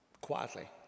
quietly